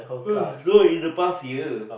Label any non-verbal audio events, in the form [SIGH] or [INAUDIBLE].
[NOISE] no in the past year